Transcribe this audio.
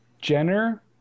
jenner